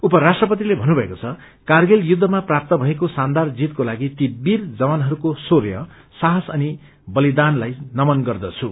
उपराष्ट्रपतिले भन्नुभएको छ कारगिल युद्धमा प्राप्त भएको शानदार जीतको लागि ती वीर जवानहरूको शौर्य साहस अनि बलिदानलाई नमन गर्दछु